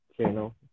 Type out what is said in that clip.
channel